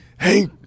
hey